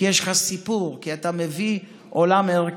כי יש לך סיפור, כי אתה מביא עולם ערכי.